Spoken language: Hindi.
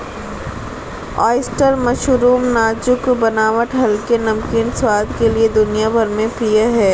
ऑयस्टर मशरूम नाजुक बनावट हल्के, नमकीन स्वाद के लिए दुनिया भर में प्रिय है